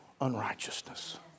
unrighteousness